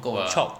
chope